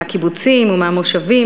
מהקיבוצים ומהמושבים,